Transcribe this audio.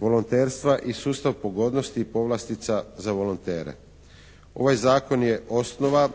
volonterstva i sustav pogodnosti i povlastica za volontere. Ovaj zakon je osnova,